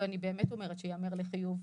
ואני באמת אומרת שייאמר לחיוב,